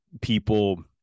people